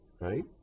right